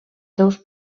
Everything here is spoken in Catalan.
seus